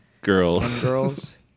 girls